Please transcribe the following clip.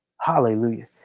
Hallelujah